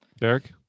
Derek